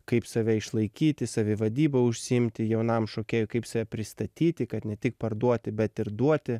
kaip save išlaikyti savivadyba užsiimti jaunam šokėjui kaip save pristatyti kad ne tik parduoti bet ir duoti